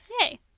Yay